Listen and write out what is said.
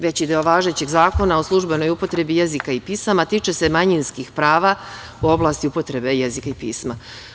Veći deo važećeg Zakona o službenoj upotrebi jezika i pisama tiče se manjinskih prava u oblasti upotrebe jezika i pisma.